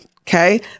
Okay